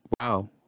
wow